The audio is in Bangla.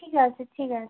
ঠিক আছে ঠিক আছে